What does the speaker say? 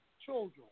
children